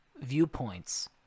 viewpoints